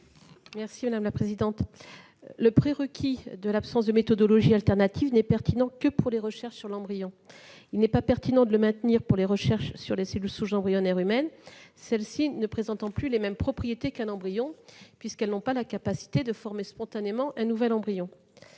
spéciale ? Le maintien du prérequis de l'absence de méthodologie alternative n'est pertinent que pour les recherches sur l'embryon, et non pour les recherches sur les cellules souches embryonnaires humaines. En effet, celles-ci ne présentent plus les mêmes propriétés qu'un embryon, puisqu'elles n'ont pas la capacité de former spontanément un nouvel embryon.